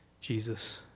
Jesus